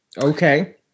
Okay